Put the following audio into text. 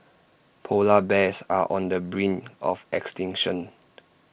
Polar Bears are on the brink of extinction